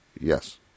Yes